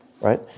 right